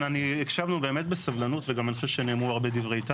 הקשבנו באמת בסבלנות וגם אני חושב שנאמרו הרבה דברי טעם.